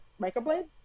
microblade